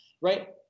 right